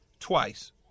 Twice